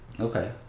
Okay